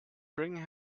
bringing